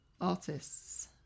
artists